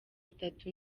itatu